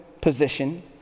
position